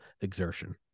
exertion